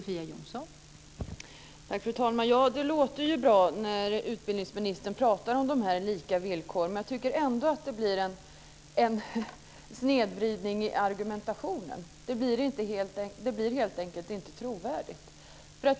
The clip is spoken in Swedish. Fru talman! Det låter ju bra när utbildningsministern pratar om lika villkor. Men jag tycker ändå att det blir en snedvridning i argumentationen. Det blir helt enkelt inte trovärdigt.